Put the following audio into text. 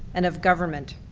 and of government.